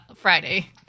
Friday